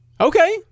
Okay